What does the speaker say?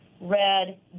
red